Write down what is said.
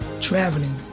traveling